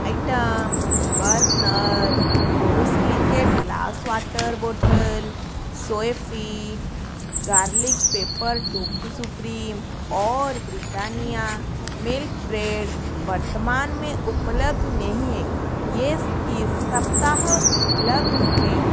item Bergner borosilicate glass water bottle Soyfit garlic pepper tofu supreme और Britannia milk bread वर्तमान में उपलब्ध नहीं हैं ये इस सप्ताह उपलब्ध होंगे